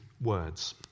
words